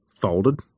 folded